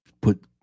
put